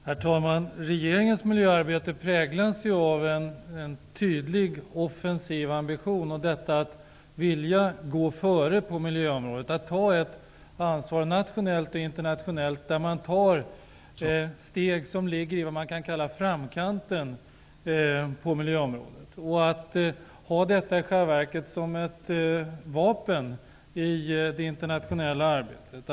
Herr talman! Regeringens miljöarbete präglas av en tydlig, offensiv ambition att vilja gå före på miljöområdet, att ta ett ansvar nationellt och internationellt. Man tar steg som ligger i vad man kan kalla framkanten av miljöområdet och har i själva verket detta som ett vapen i det internationella arbetet.